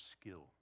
skill